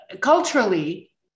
culturally